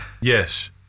yes